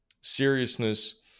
seriousness